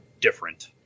different